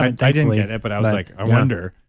i didn't get it, but i was like, i wonder.